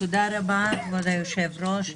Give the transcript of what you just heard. תודה רבה כבוד היושב ראש.